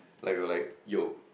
like we're like yo